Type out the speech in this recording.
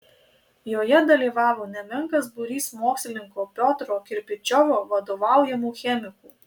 joje dalyvavo nemenkas būrys mokslininko piotro kirpičiovo vadovaujamų chemikų